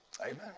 Amen